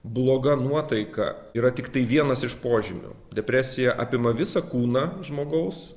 bloga nuotaika yra tiktai vienas iš požymių depresija apima visą kūną žmogaus